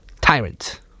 Tyrant